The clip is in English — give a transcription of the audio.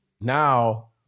now